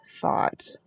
thought